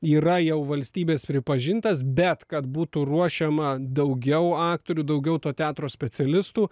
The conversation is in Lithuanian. yra jau valstybės pripažintas bet kad būtų ruošiama daugiau aktorių daugiau to teatro specialistų